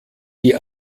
die